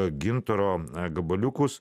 gintaro gabaliukus